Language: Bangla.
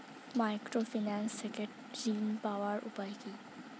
মাইক্রোফিন্যান্স থেকে ঋণ পাওয়ার উপায় কি?